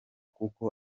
kuko